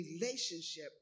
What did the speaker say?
relationship